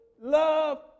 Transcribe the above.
love